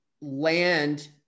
land